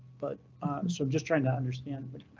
but so just trying to understand what.